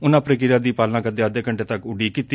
ਉਨਾਂ ਪ੍ਰਕਿਰਿਆ ਦੀ ਪਾਲਣਾ ਕਰਦਿਆਂ ਅੱਧੇ ਘੰਟੇ ਤੱਕ ਉਡੀਕ ਕੀਤੀ